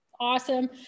Awesome